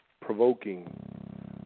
provoking